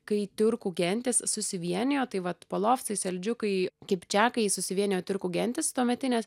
kai tiurkų gentys susivienijo tai vat polovcai seldžiukai kipčiakai susivienijo tiurkų gentys tuometinės